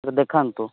ଦେଖାନ୍ତୁ